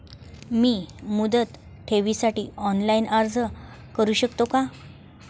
मी मुदत ठेवीसाठी ऑनलाइन अर्ज करू शकतो का?